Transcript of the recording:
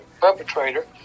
perpetrator